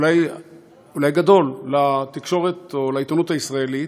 אולי גדול, לתקשורת או לעיתונות הישראלית,